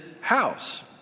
house